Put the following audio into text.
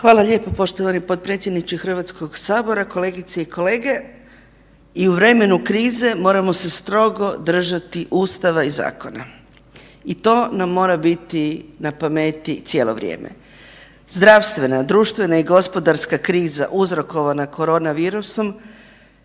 Hvala lijepo. Poštovani potpredsjedniče Hrvatskog sabora, kolegice i kolege. I u vremenu krize moramo se strogo držati Ustava i zakona i to nam mora biti na pameti cijelo vrijeme. Zdravstvena, društvena i gospodarska kriza uzrokovana korona virusom